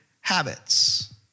habits